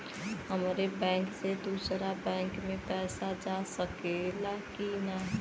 हमारे बैंक से दूसरा बैंक में पैसा जा सकेला की ना?